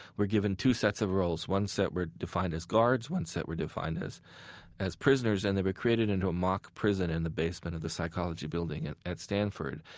were given two set of roles. one set were defined as guards, one set were defined as as prisoners, and they were created into a mock prison in the basement of the psychology building and at stanford.